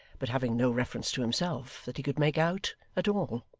but having no reference to himself that he could make out at all.